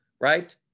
right